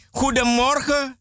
goedemorgen